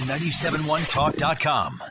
971talk.com